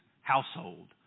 household